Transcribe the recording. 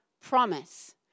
promise